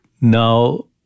now